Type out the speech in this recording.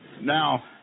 Now